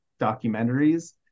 documentaries